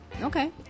Okay